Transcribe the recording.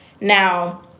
now